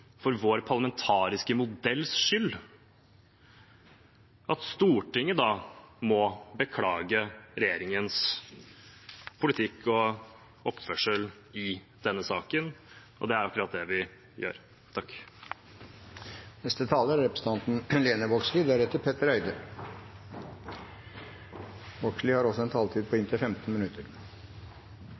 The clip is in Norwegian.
for vår parlamentariske modells skyld, at Stortinget da må beklage regjeringens politikk og oppførsel i denne saken, og det er akkurat det det gjør. Eg skal nok ikkje bruke heile 15 minutt. Det er